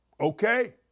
Okay